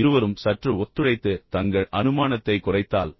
இருவரும் சற்று ஒத்துழைத்து தங்கள் அனுமானத்தைக் குறைத்தால்